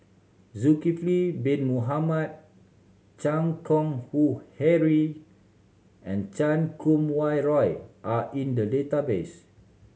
Zulkifli Bin Mohamed Chan Keng Howe Harry and Chan Kum Wah Roy are in the database